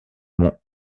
monts